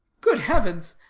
good heavens!